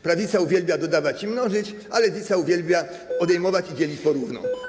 Prawica uwielbia dodawać i mnożyć, a lewica uwielbia odejmować i dzielić po równo.